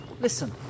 Listen